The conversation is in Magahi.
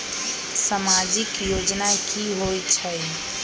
समाजिक योजना की होई छई?